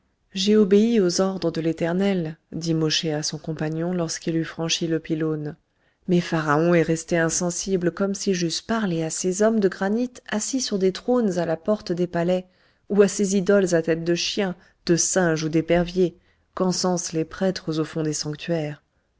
j'ai obéi aux ordres de l'éternel dit mosché à son compagnon lorsqu'il eut franchi le pylône mais pharaon est resté insensible comme si j'eusse parlé à ces hommes de granit assis sur des trônes à la porte des palais ou à ces idoles à tête de chien de singe ou d'épervier qu'encensent les prêtres au fond des sanctuaires